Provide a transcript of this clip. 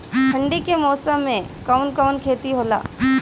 ठंडी के मौसम में कवन कवन खेती होला?